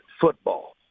football